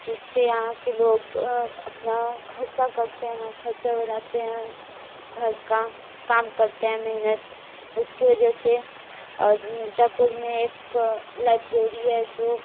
जिससे यहाँ के लोग अपना ख़र्चा करते हैं ख़र्चा बदाते हैं घर का काम करते हैं मेहनत उसकी वजह से और मिर्ज़ापुर में एक लाइब्रेरी है जो